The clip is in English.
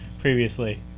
previously